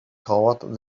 toward